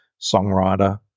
songwriter